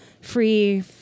free